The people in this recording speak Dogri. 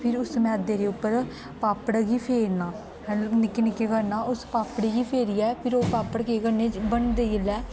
फिर उस मैदे दे उप्पर पापड़ै गी फेरना हैं निक्के निक्के करना उस पापड़े गी फेरियै ओह् पापड़ केह् करने बनदे जेल्लै